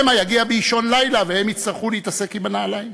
שמא יגיע באישון לילה והם יצטרכו להתעסק עם הנעליים.